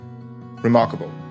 remarkable